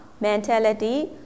mentality